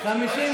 53